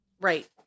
Right